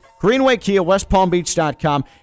greenwaykiawestpalmbeach.com